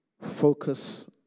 Focus